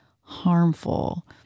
harmful